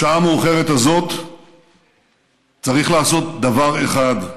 בשעה המאוחרת הזאת צריך לעשות דבר אחד: